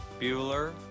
Bueller